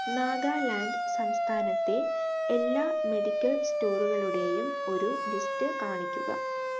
നാഗാലാൻഡ് സംസ്ഥാനത്തെ എല്ലാ മെഡിക്കൽ സ്റ്റോറുകളുടെയും ഒരു ലിസ്റ്റ് കാണിക്കുക